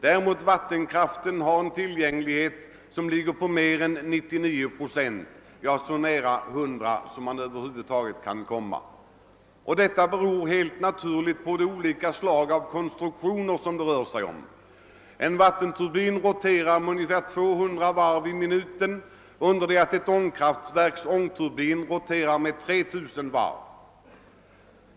Däremot har vattenkraften en pålitlighet som ligger på mer än 99 procent, så nära 100 som man över huvud taget kan komma. Detta beror helt naturligt på de olika slag av konstruktioner som det rör sig om. En vattenturbin roterar med ungefär 200 varv i minuten under det att ångkraftverks ångturbin roterar med 3 000 varv i minuten.